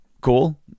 Cool